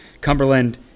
Cumberland